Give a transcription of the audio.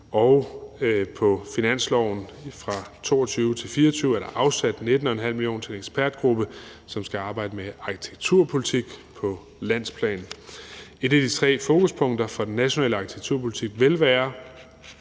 og på finansloven fra 2022-2024 er der afsat 19,5 mio. kr. til en ekspertgruppe, som skal arbejde med arkitekturpolitik på landsplan. Et af de tre fokuspunkter fra den nationale arkitekturpolitik vil være